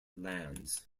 lands